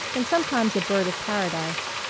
and sometimes a bird of paradise.